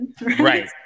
Right